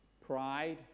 pride